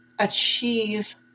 achieve